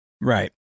Right